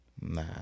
Nah